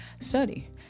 study